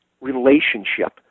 relationship